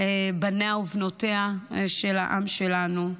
בניו ובנותיו של העם שלנו.